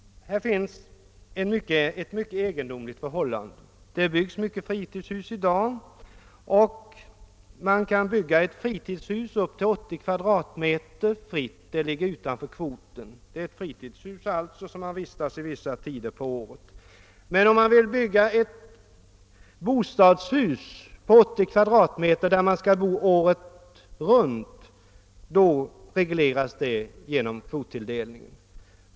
Här finns ett mycket märkligt förhållande. Det byggs många fritidshus i dag. Man kan bygga ett sådant på upp till 80 kvadratmeter utan att det inräknas i kvoten. Det gäller alltå ett fritidshus som man visatas i under vissa tider på året. Vill man däremot bygga ett bostadshus på 80 kvadratmeter där man skall bo hela året regleras byggandet genom kvottilldelning.